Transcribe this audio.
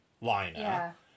liner